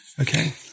Okay